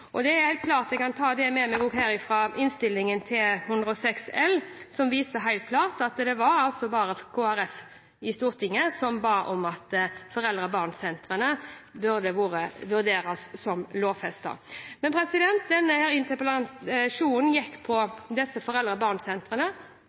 Det er helt klart at jeg kan ta innstillingen basert på Prop. 106 L for 2012–2013 med meg herfra. Den viser helt klart at det i Stortinget var bare Kristelig Folkeparti som ba om at foreldre